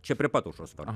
čia prie pat aušros vartų